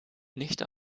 nicht